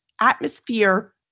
Atmosphere